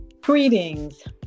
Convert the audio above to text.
Greetings